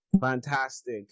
fantastic